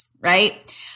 Right